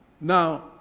Now